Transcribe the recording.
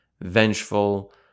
vengeful